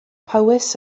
powys